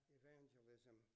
evangelism